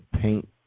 paint